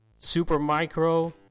Supermicro